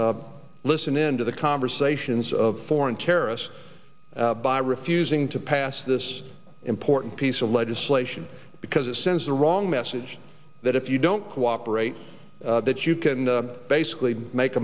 us listen into the conversations of foreign terrorists by refusing to pass this important piece of legislation because it sends the wrong message that if you don't cooperate that you can basically make